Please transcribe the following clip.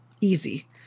Easy